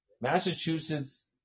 Massachusetts